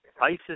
ISIS